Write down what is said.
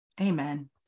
Amen